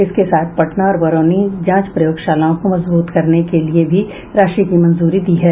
इसके साथ पटना और बरौनी जांच प्रयोगशालाओं को मजबूत करने के लिये भी राशि की मंजूरी दी है